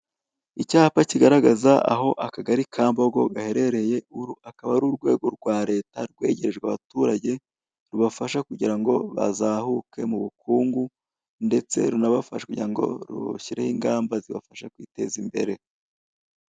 Icyapa kigaragaza aho akagari ka Mbogo gaherereye, uru akaba ari urwego rwa Leta rwegerejwe abaturage, rubafasha kugira ngo bazahuke mu bukungu ndetse runabafashe kugira ngo bashyireho ingamba zibafasha kwiteza imbere.